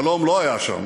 שלום לא היה שם.